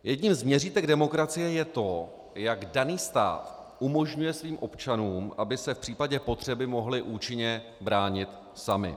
Jedním z měřítek demokracie je to, jak daný stát umožňuje svým občanům, aby se v případě potřeby mohli účinně bránit sami.